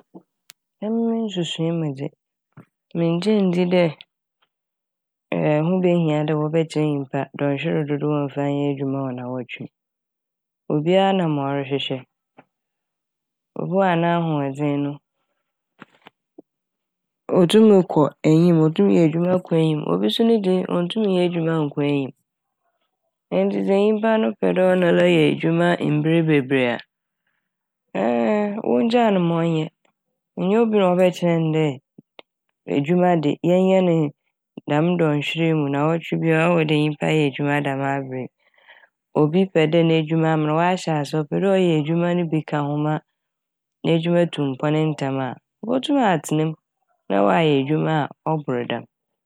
Emi me nsusui mu dze menngye nndzi dɛ ho behia dɛ wɔbɛkyerɛ nyimpa dɔnhwer dodow a ɔmfa nyɛ edwuma wɔ naawɔtwe m'. Obia na ma ɔrehwehwɛ. Obi wɔ hɔ a n'ahoɔdzen no otum kɔ enyim otum yɛ edwuma kɔ enyim. Obi so ne de onntum nnyɛ edwuma nnkɔ enyim ntsi sɛ nyimpa no pɛ dɛ ɔnoara yɛ edwuma bebree a wongyaa no ma ɔnyɛ nnyɛ obi na ɔbɛkyerɛ ne dɛ edwuma de yɛnyɛ ne dɛm dɔnhwer yi mu naawɔtwe bia ɔwɔ dɛ nyimpa yɛ edwuma dɛm aber yi. Obi pɛ dɛ n'edwuma ama naa ɔahyɛ ase ɔpɛ dɛ ɔyɛ edwuma ne bi ka ho ma n'edwuma tu mpon ntsɛm a obotum atsena m' na ɔayɛ edwuma a ɔbor dɛm.